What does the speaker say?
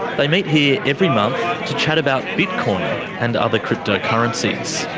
they meet here every month to chat about bitcoin and other cryptocurrencies.